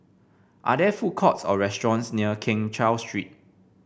are there food courts or restaurants near Keng Cheow Street